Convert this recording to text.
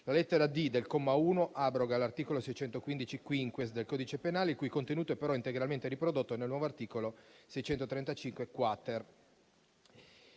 La lettera *d)* del comma 1 abroga l'articolo 615-*quinquies* del codice penale, il cui contenuto è però integralmente riprodotto nel nuovo articolo 635-*quater*.